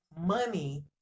money